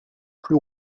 plus